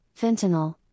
fentanyl